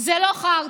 זה לא חרטא.